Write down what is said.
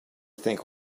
think